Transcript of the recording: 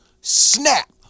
snap